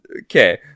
Okay